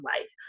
life